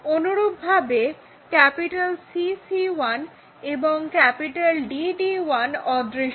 অনুরূপভাবে C C1 এবং D D1 অদৃশ্য